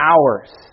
hours